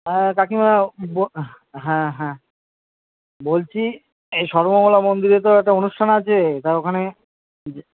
হ্যাঁ কাকিমা হ্যাঁ হ্যাঁ বলছি এই সর্বমঙ্গলা মন্দিরে তো একটা অনুষ্ঠান আছে তো ওখানে